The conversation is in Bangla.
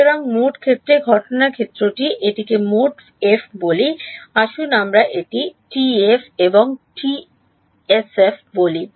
সুতরাং মোট ক্ষেত্রে ঘটনা ক্ষেত্রটি এটিকে মোট F বলি আসুন আমরা এটি টিএফ এবং এসএফ বলি